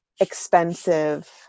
expensive